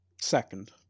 Second